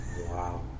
Wow